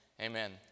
amen